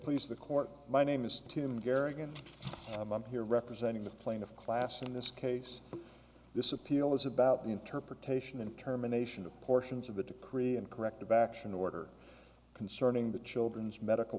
please the court my name is tim gehrig and i'm here representing the plaintiff class in this case this appeal is about the interpretation and terminations of portions of the decree and corrective action order concerning the children's medical